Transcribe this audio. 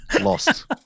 lost